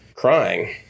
crying